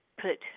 put